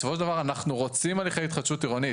בסופו של דבר אנחנו רוצים הליכי התחדשות עירונית.